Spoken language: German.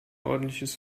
ordentliches